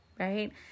right